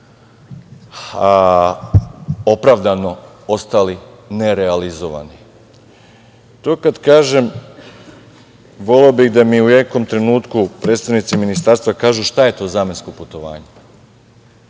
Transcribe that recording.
a opravdano ostali nerealizovani. To kada kažem, voleo bih da mi u nekom trenutku predstavnici Ministarstva kažu šta je to zamensko putovanje?